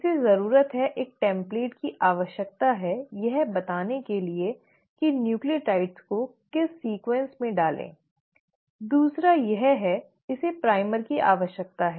इसे जरूरत है एक टेम्पलेट की आवश्यकता है यह बताने के लिए कि न्यूक्लियोटाइड्स को किस क्रम में डालें दूसरा यह है कि इसे प्राइमर की आवश्यकता है